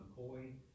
McCoy